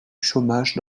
chômage